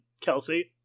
Kelsey